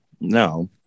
No